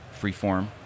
freeform